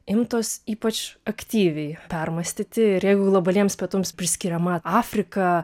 imtos ypač aktyviai permąstyti ir jeigu globaliems pietums priskiriama afrika